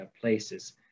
places